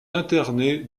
internée